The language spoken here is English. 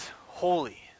holy